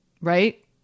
Right